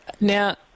Now